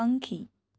પંખી